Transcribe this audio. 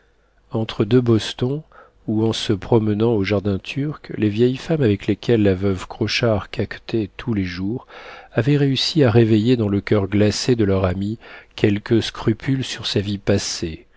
entre deux bostons ou en se promenant au jardin turc les vieilles femmes avec lesquelles la veuve crochard caquetait tous les jours avaient réussi à réveiller dans le coeur glacé de leur amie quelques scrupules sur sa vie passée